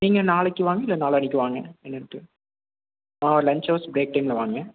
நீங்கள் நாளைக்கி வாங்க இல்லை நாளானைக்கி வாங்க என்னென்ட்டு ஆ லன்ச் ஹவர்ஸ் ப்ரேக் டைமில் வாங்க